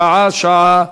שעה-שעה.